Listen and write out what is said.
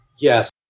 Yes